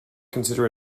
consider